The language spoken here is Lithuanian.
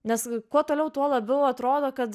nes kuo toliau tuo labiau atrodo kad